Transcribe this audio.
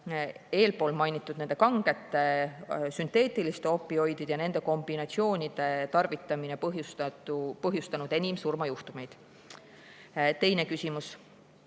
eespool mainitud kangete sünteetiliste opioidide ja nende kombinatsioonide tarvitamine põhjustanud enim surmajuhtumeid. Teine küsimus: